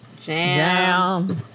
Jam